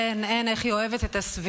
אין, אין, איך היא אוהבת את הסביבה.